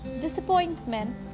Disappointment